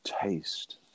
taste